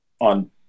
on